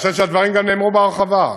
אני חושב שהדברים נאמרו בהרחבה.